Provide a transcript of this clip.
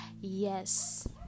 Yes